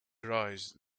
arises